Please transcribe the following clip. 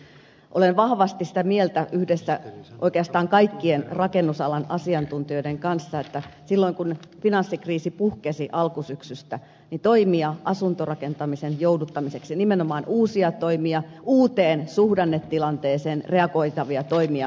olen vahvasti sitä mieltä yhdessä oikeastaan kaikkien rakennusalan asiantuntijoiden kanssa että silloin kun finanssikriisi puhkesi alkusyksystä asuntorakentamisen jouduttamiseksi olisi tarvittu välittömästi toimia nimenomaan uusia toimia uuteen suhdannetilanteeseen reagoivia toimia